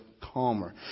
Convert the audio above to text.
calmer